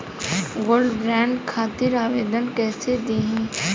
Gold bond खातिर आवेदन कैसे दिही?